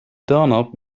doorknob